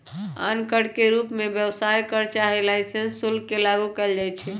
आन कर के रूप में व्यवसाय कर चाहे लाइसेंस शुल्क के लागू कएल जाइछै